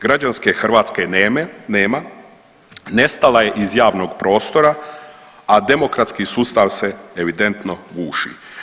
Građanske Hrvatske nema, nestala je iz javnog prostora, a demokratski sustav se evidentno guši.